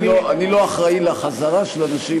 אני לא אחראי לחזרה של אנשים,